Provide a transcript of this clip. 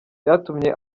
byatumye